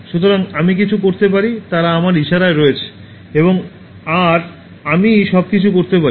সুতরাং আমি কিছু করতে পারি তারা আমার ইশারায় রয়েছে এবং আর আমিই সবকিছু করতে পারি